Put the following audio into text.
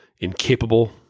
incapable